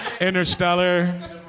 Interstellar